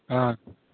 ஆ